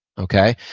okay.